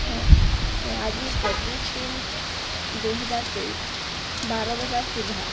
ହଁ ଆଜି ପଚିଶ ତିନ୍ ଦୁଇ ହଜାର୍ ତେଇଶ୍ ବାର ବଜାର୍ ସୁଦ୍ଧା